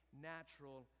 natural